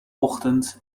ochtend